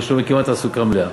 מה שאומר כמעט תעסוקה מלאה.